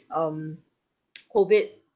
um COVID